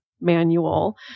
manual